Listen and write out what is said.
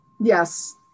Yes